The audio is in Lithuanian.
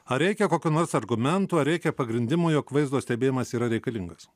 ar reikia kokių nors argumentų ar reikia pagrindimo jog vaizdo stebėjimas yra reikalingas